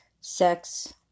Sex